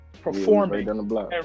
performing